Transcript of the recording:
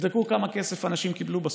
תבדקו כמה כסף אנשים קיבלו בסוף.